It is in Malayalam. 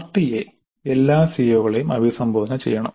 പാർട്ട് എ എല്ലാ സിഒകളെയും അഭിസംബോധന ചെയ്യണം